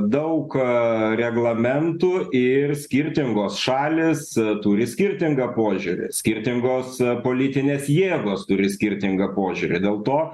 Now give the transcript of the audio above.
daug reglamentų ir skirtingos šalys turi skirtingą požiūrį skirtingos politinės jėgos turi skirtingą požiūrį dėl to